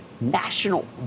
national